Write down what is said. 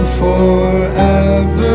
forever